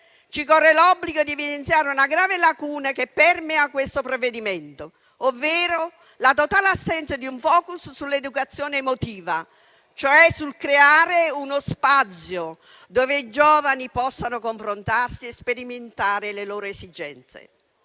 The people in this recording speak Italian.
ci corre l'obbligo di evidenziare una grave lacuna che permea questo provvedimento, ovvero la totale assenza di un *focus* sull'educazione emotiva, cioè sul creare uno spazio dove i giovani possano confrontarsi e sperimentare le loro esigenze.